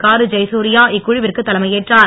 car தெயதர்யா இக்குழுவிற்கு தலைமையேற்றார்